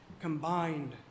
combined